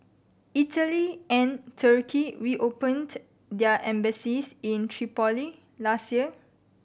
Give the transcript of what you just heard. Italy and Turkey reopened their embassies in Tripoli last year